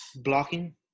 blocking